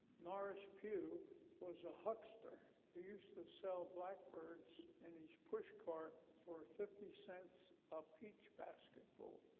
norris pew was a huckster. he used to sell blackbirds in his pushcart, for fifty cents a peach basket full.